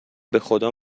بخدا